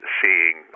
seeing